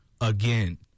again